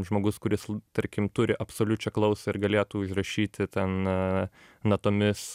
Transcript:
žmogus kuris tarkim turi absoliučią klausą ir galėtų užrašyti ten natomis